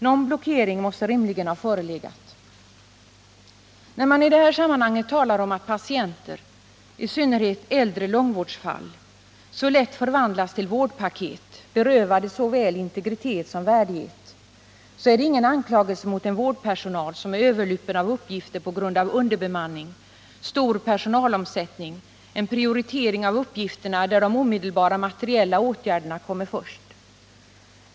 Någon blockering måste rimligen ha förelegat. När man i detta sammanhang talar om att patienter, i synnerhet äldre långvårdsfall, så lätt förvandlas till vårdpaket berövade såväl integritet som värdighet, så är det ingen anklagelse mot en vårdpersonal som är överlupen av uppgifter på grund av underbemanning, stor personalomsättning och en prioritering av uppgifterna där de omedelbara materiella åtgärderna kommer först.